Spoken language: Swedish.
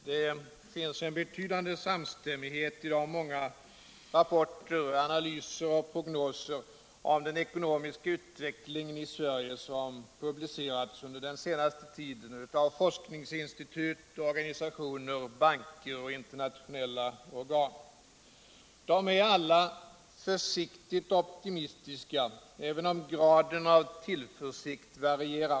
Herr talman! Det finns en betydande samstämmighet i de många rapporter, analyser och prognoser om den ekonomiska utvecklingen i Sverige som publicerats under den senaste tiden av forskningsinstitut, organisationer, banker och internationella organ. De är alla försiktigt optimistiska, även om graden av tillförsikt varierar.